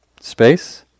Space